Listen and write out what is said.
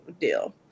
deal